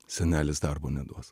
senelis darbo neduos